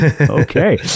Okay